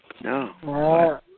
No